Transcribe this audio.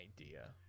idea